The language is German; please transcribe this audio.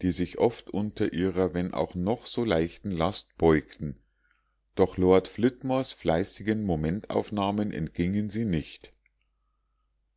die sich oft unter ihrer wenn auch noch so leichten last beugten doch lord flitmores fleißigen momentaufnahmen entgingen sie nicht